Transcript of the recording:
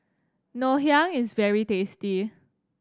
Ngoh Hiang is very tasty